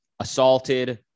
assaulted